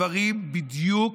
דברים בדיוק,